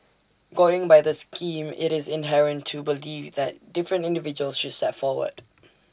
going by the scheme IT is inherent to believe that different individuals should step forward